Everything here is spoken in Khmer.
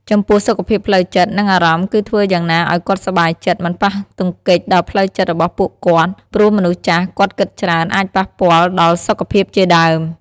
ចំពោះសុខភាពផ្លូវចិត្ត និងអារម្មណ៍គឺធ្វើយ៉ាងណាឲ្យគាត់សប្បាយចិត្តមិនប៉ះទង្គិចដល់ផ្លូវចិត្តរបស់ពួកគាត់ព្រោះមនុស្សចាសគាត់គិតច្រើនអាចប៉ះពាល់ដល់សុខភាពជាដើម។